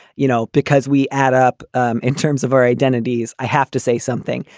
you know, because we add up um in terms of our identities, i have to say something.